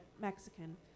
Mexican